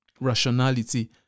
rationality